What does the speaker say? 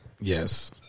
Yes